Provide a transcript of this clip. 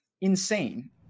Insane